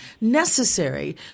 necessary